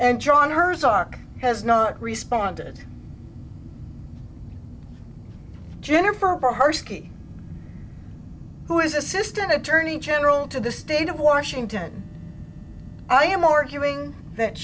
and john her's arc has not responded jenner for her ski who is assistant attorney general to the state of washington i am arguing that